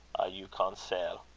you counsaile.